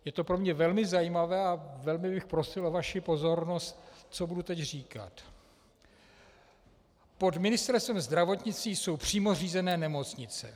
Je to pro mě velmi zajímavé a velmi bych prosil o vaši pozornost tomu, co budu teď říkat: Pod Ministerstvem zdravotnictví jsou přímo řízené nemocnice.